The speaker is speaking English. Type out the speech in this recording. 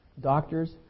doctors